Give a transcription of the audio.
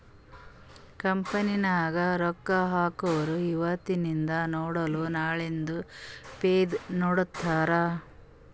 company ನಾಗ್ ರೊಕ್ಕಾ ಹಾಕೊರು ಇವತಿಂದ್ ನೋಡಲ ನಾಳೆದು ಫೈದಾ ನೋಡ್ತಾರ್